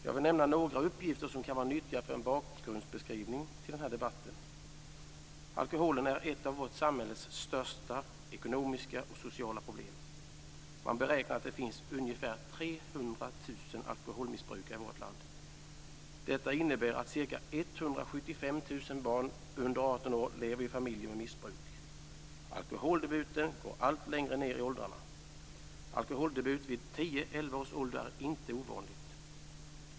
Jag vill nämna några uppgifter som kan vara nyttiga som bakgrundsbeskrivning till den här debatten. Alkoholen är ett av vårt samhälles största ekonomiska och sociala problem. Man beräknar att det finns ungefär 300 000 alkoholmissbrukare i vårt land. Detta innebär att ca 175 000 barn under 18 år lever i familjer med missbruk. Alkoholdebuten går allt längre ned i åldrarna. Alkoholdebut vid tio elva års ålder är inte ovanligt.